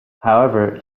however